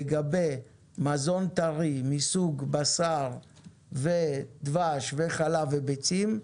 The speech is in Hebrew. לגבי מזון טרי מסוג בשר, דבש, חלב וביצים,